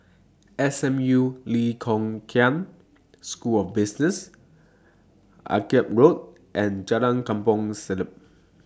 S M U Lee Kong Chian School of Business Akyab Road and Jalan Kampong Siglap